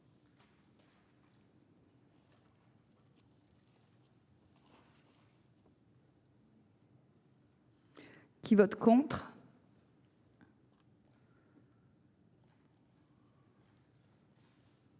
Qui vote contre.